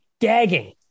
gagging